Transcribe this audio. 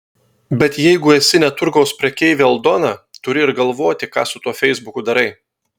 bet jeigu esi ne turgaus prekeivė aldona turi ir galvoti ką su tuo feisbuku darai